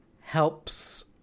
helps